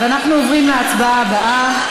אנחנו עוברים להצבעה הבאה.